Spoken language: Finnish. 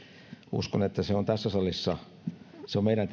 uskon että se on tässä salissa meidän